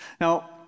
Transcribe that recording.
Now